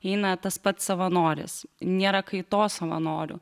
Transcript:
eina tas pats savanoris nėra kaitos savanorių